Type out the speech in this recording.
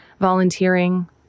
volunteering